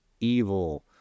evil